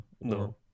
No